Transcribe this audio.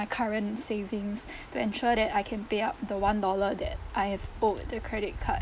my current savings to ensure that I can pay up the one dollar that I have owed the credit card